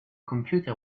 computer